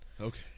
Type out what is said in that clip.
Okay